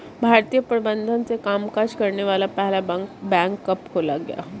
भारतीय प्रबंधन से कामकाज करने वाला पहला बैंक कब खोला गया?